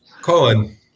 Colin